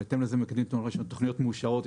ובהתאם לזה מקדמים תכניות מאושרות.